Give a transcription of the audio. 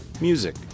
music